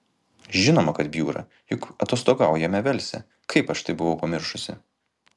žinoma kad bjūra juk atostogaujame velse kaip aš tai buvau pamiršusi